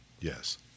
Yes